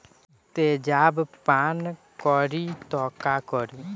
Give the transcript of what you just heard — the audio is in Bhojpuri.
तेजाब पान करी त का करी?